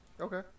okay